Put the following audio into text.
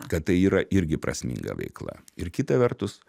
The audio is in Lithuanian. kad tai yra irgi prasminga veikla ir kita vertus